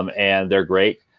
um and they're great.